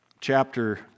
chapter